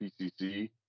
pcc